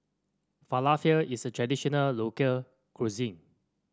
falafel is a traditional local cuisine